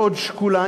מאוד שקולה,